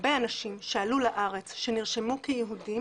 הרבה אנשים שעלו לארץ שנרשמו כיהודים